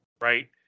right